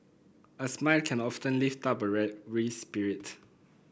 a smile can often lift up a real weary spirit